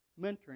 mentoring